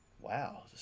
Wow